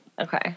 Okay